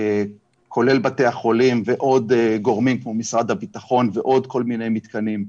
כולל בתי החולים ועוד גורמים כמו משרד הביטחון ועוד כל מיני מתקנים.